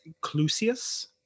Clusius